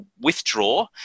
withdraw